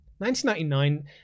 1999